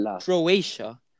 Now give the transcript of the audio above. Croatia